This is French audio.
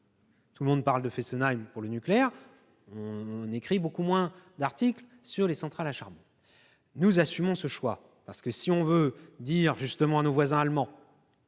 Tout le monde parle de Fessenheim pour le nucléaire, mais on écrit beaucoup moins d'articles sur les centrales à charbon. Nous assumons ce choix, parce que, si nous voulons dire à nos voisins allemands,